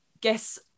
guess